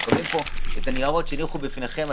בניירות שהונחו בפניכם,